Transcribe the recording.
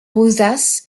rosace